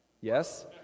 Yes